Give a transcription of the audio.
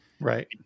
right